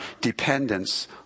dependence